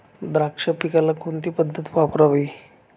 द्राक्ष पिकाला कोणती पद्धत वापरावी?